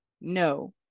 No